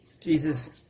Jesus